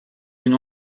bin